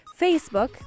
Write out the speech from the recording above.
Facebook